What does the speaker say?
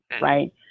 right